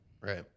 Right